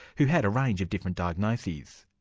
who had a range of different diagnoses.